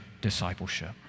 discipleship